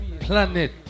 planet